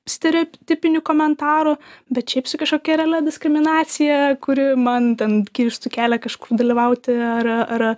stereotipinių komentarų bet šiaip su kažkokia realia diskriminacija kuri man ten kirstų kelią kažkur dalyvauti ar ar